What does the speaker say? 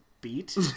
beat